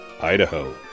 Idaho